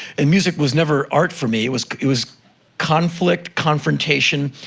and music was never art for me. it was it was conflict, confrontation.